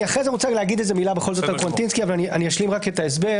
אני רוצה לומר מילה אחר כך על קווטינסקי אבל אשלים את ההסבר.